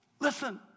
Listen